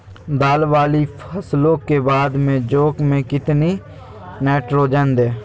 दाल वाली फसलों के बाद में जौ में कितनी नाइट्रोजन दें?